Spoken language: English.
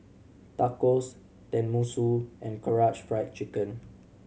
Tacos Tenmusu and Karaage Fried Chicken